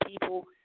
people